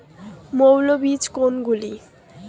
মৌল বীজ কোনগুলি?